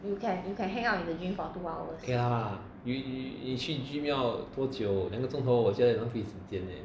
ya lah you you 你去 gym 要多久两个钟头我觉得浪费时间 eh